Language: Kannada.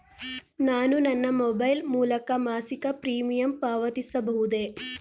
ನಾನು ನನ್ನ ಮೊಬೈಲ್ ಮೂಲಕ ಮಾಸಿಕ ಪ್ರೀಮಿಯಂ ಪಾವತಿಸಬಹುದೇ?